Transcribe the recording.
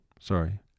sorry